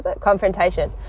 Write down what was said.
confrontation